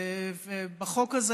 והחוק הזה,